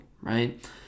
right